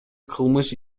кылмыш